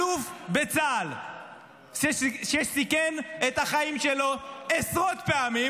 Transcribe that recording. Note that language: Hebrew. אלוף בצה"ל שסיכן את החיים שלו עשרות פעמים